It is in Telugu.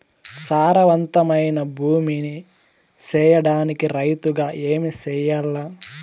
సారవంతమైన భూమి నీ సేయడానికి రైతుగా ఏమి చెయల్ల?